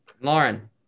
Lauren